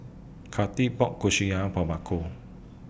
Kathyrn bought Kushiyaki For Marco